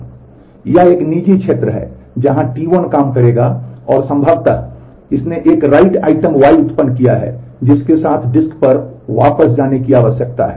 यह एक निजी क्षेत्र है जहां T1 काम करेगा और संभवत इसने एक राइट आइटम Y उत्पन्न किया है जिसके साथ डिस्क पर वापस जाने की आवश्यकता है